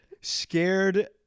Scared